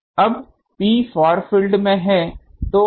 अब P far field में है